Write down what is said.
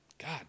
God